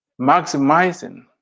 maximizing